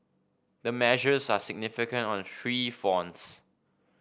the measures are significant on three fronts